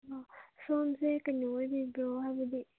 ꯑꯣ ꯁꯣꯝꯁꯦ ꯀꯩꯅꯣ ꯑꯣꯏꯕꯤꯕ꯭ꯔꯣ ꯍꯥꯏꯕꯗꯤ